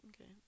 Okay